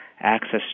access